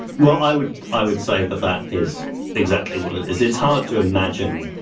well, i would i would say that that is exactly what it is. it's hard to imagine